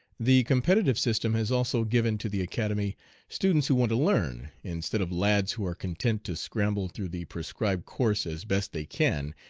the competitive system has also given to the academy students who want to learn, instead of lads who are content to scramble through the prescribed course as best they can,